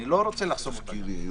אני לא רוצה לחסום חברה כזאת.